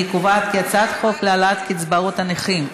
אני קובעת כי הצעת חוק להעלאת קצבאות הנכים,